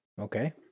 okay